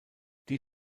die